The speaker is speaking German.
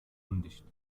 undicht